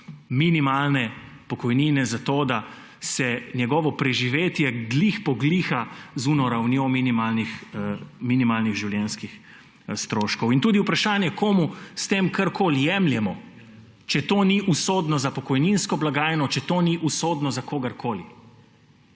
minimalne pokojnine za to, da se njegovo preživetje ravno poravna z ravnjo minimalnih življenjskih stroškov. In tudi vprašanje, komu s tem karkoli jemljemo, če to ni usodno za pokojninsko blagajno, če to ni usodno za kogarkoli.